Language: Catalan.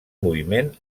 moviment